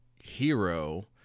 hero